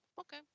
Okay